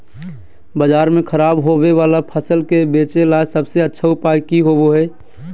बाजार में खराब होबे वाला फसल के बेचे ला सबसे अच्छा उपाय की होबो हइ?